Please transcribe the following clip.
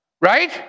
Right